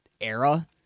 era